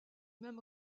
même